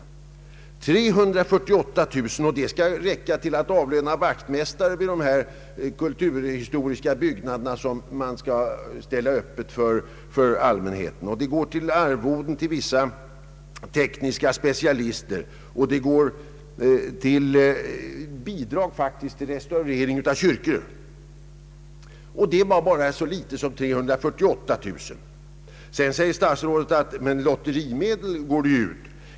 Och dessa 348 000 kronor skall räcka till att avlöna vaktmäs tare vid de kulturhistoriska byggnader som upplåts åt allmänheten, till arvoden åt vissa tekniska specialister samt faktiskt också till bidrag för att restaurera kyrkor. Statsrådet hänvisar också till att man utöver detta lilla anslag på 348 000 kronor disponerar lotterimedel för samma ändamål.